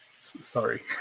Sorry